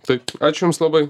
taip ačiū jums labai